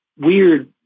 weird